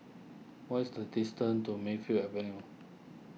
what is the distance to Mayfield Avenue